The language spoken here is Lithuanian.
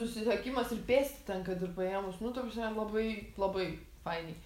ir susiekimas ir pėsti ten kad ir paėmus nu ta prasme labai labai fainiai